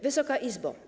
Wysoka Izbo!